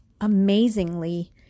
amazingly